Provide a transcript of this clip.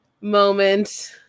moment